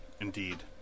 Indeed